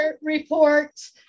report